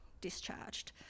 discharged